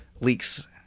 leaks